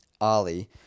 Ali